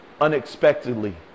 unexpectedly